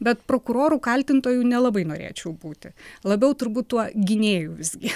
bet prokuroru kaltintoju nelabai norėčiau būti labiau turbūt tuo gynėju visgi